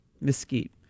mesquite